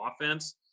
offense